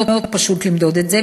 מאוד פשוט למדוד את זה,